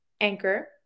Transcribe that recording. anchor